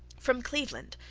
from cleveland,